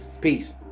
peace